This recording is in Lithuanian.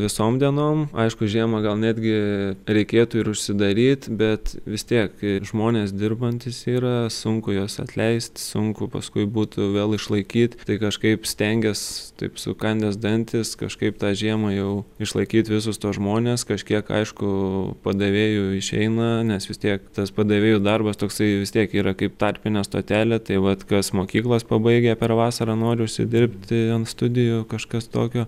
visom dienom aišku žiemą gal netgi reikėtų ir užsidaryt bet vis tiek žmonės dirbantys yra sunku juos atleist sunku paskui būtų vėl išlaikyt tai kažkaip stengies taip sukandęs dantis kažkaip tą žiemą jau išlaikyt visus tuos žmonės kažkiek aišku padavėjų išeina nes vis tiek tas padavėjų darbas toksai vis tiek yra kaip tarpinė stotelė tai vat kas mokyklas pabaigę per vasarą nori užsidirbti ant studijų kažkas tokio